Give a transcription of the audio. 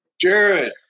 Jared